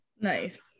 nice